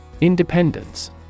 Independence